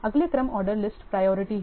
अगले क्रम order list priority है